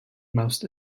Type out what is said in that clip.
most